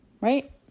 right